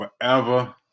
forever